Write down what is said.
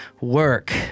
work